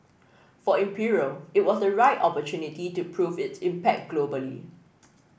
for imperial it was the right opportunity to prove its impact globally